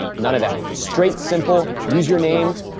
none of that. straight, simple, username,